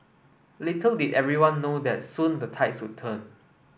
little did everyone know that soon the tides would turn